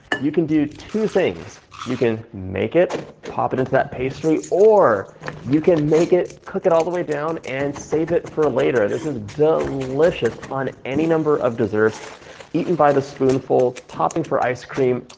you can do two things, you can make it pop it into that pastry or you can make it cook it all the way down and save it for later. this is delicious on any number of desserts eaten by the spoonful, topping for ice cream,